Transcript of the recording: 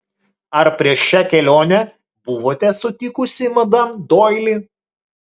ar prieš šią kelionę buvote sutikusi madam doili